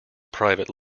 private